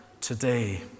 today